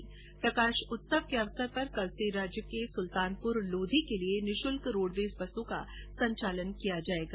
इधर प्रकाश उत्सव के अवसर पर कल से राज्य से सुल्तानपुर लोधी के लिए निःशुल्क रोडवेज बसों का संचालन किया जायेगा